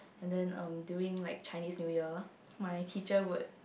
and then um during like Chinese New Year my teacher would